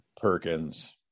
Perkins